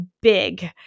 big